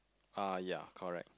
uh ya correct